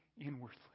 inwardly